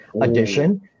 edition